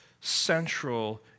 central